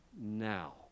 Now